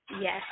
Yes